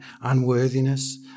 unworthiness